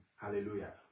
Hallelujah